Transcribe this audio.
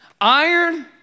Iron